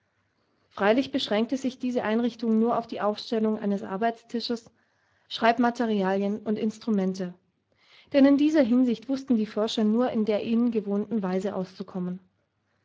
freilich beschränkte sich diese einrichtung nur auf die aufstellung eines arbeitstisches einiger bücher schreibmaterialien und instrumente denn in dieser hinsicht wußten die forscher nur in der ihnen gewohnten weise auszukommen